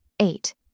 Eight